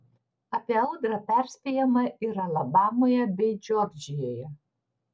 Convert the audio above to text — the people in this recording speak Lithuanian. apie audrą perspėjama ir alabamoje bei džordžijoje